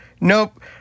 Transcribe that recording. nope